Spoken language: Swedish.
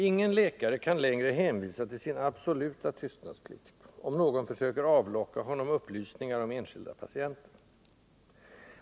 Ingen läkare kan längre hänvisa till sin absoluta tystnadsplikt, om någon försöker avlocka honom upplysningar om enskilda patienter.